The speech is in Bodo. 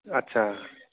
आस्सा